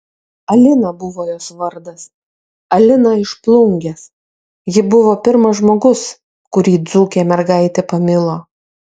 alina buvo jos vardas alina iš plungės ji buvo pirmas žmogus kurį dzūkė mergaitė pamilo